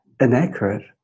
inaccurate